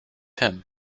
him